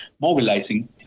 mobilizing